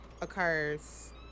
occurs